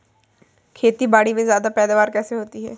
खेतीबाड़ी में ज्यादा पैदावार कैसे होती है?